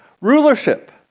rulership